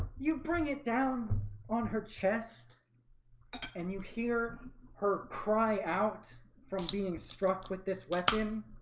you bring it down on her chest and you hear her cry out from being struck with this weapon